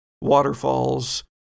waterfalls